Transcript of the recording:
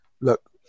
look